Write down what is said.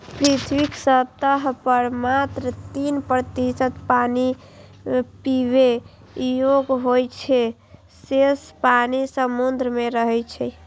पृथ्वीक सतह पर मात्र तीन प्रतिशत पानि पीबै योग्य होइ छै, शेष पानि समुद्र मे रहै छै